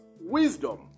wisdom